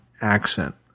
accent